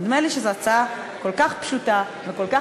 נדמה לי שזו הצעה כל כך פשוטה וכל כך